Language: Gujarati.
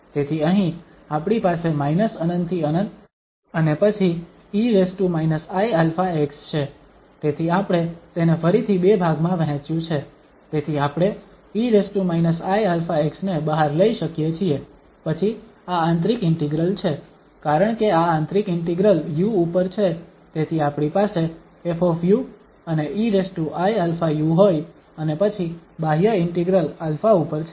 તેથી અહીં આપણી પાસે −∞ થી ∞ અને પછી e iαx છે તેથી આપણે તેને ફરીથી બે ભાગમાં વહેંચ્યું છે તેથી આપણે e iαx ને બહાર લઈ શકીએ છીએ પછી આ આંતરિક ઇન્ટિગ્રલ છે કારણકે આ આંતરિક ઇન્ટિગ્રલ u ઉપર છે તેથી આપણી પાસે 𝑓 અને eiαu હોય અને પછી બાહ્ય ઇન્ટિગ્રલ α ઉપર છે